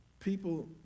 people